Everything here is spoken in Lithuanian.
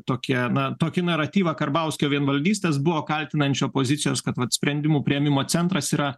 tokią na tokį naratyvą karbauskio vienvaldystės buvo kaltinančio pozicijos kad mat sprendimų priėmimo centras yra